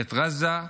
את עזה,